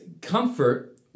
comfort